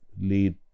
lead